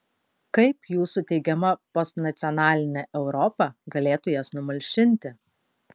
kaip jūsų teigiama postnacionalinė europa galėtų jas numalšinti